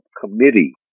committee